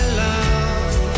love